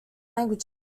languages